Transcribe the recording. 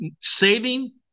saving